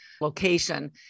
location